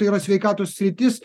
tai yra sveikatos sritis